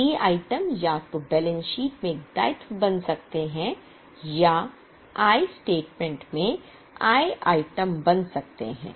C item या तो balance sheet में एक दायित्व बन सकते हैं या आय स्टेटमेंट में आय आइटम बन सकते हैं